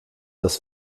das